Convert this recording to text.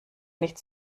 nicht